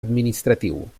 administratiu